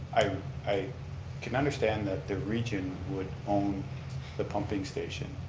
i i can understand that the region would own the pumping station.